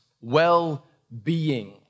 well-being